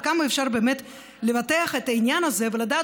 עד כמה אפשר באמת לבטח את העניין הזה ולדעת